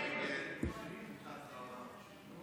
הסתייגות 12 לא נתקבלה.